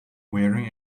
wearing